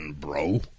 bro